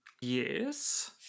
Yes